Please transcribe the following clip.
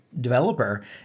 developer